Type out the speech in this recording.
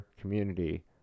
community